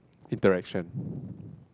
interaction